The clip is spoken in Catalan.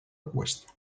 eqüestre